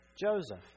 Joseph